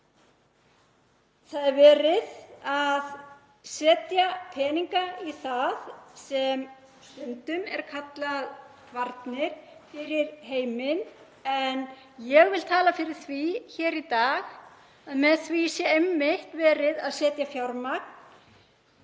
Það er verið að setja peninga í það sem stundum er kallað varnir fyrir heiminn. Ég vil tala fyrir því hér í dag að með því sé einmitt verið að setja fjármagn